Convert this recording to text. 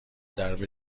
درب